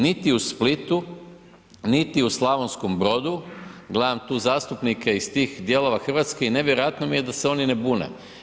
Niti u Splitu, niti u Slavonskom Brodu, gledam tu zastupnike iz tih dijelova Hrvatske i nevjerojatno mi je da se oni ne bune.